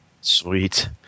Sweet